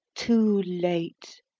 too late!